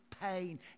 pain